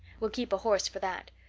we'll keep a horse for that.